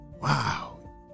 Wow